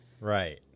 right